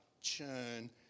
churn